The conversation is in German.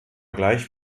gleich